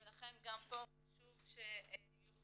לכן גם פה חשוב שיוכוונו